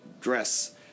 dress